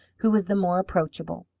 who was the more approachable.